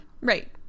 Right